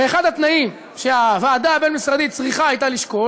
ואחד התנאים שהוועדה הבין-משרדית צריכה הייתה לשקול